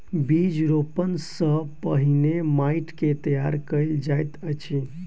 बीज रोपण सॅ पहिने माइट के तैयार कयल जाइत अछि